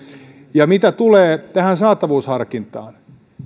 mitä tulee tähän saatavuusharkintaan